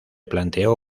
planteó